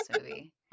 movie